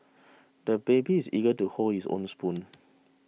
the baby is eager to hold his own spoon